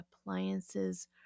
appliances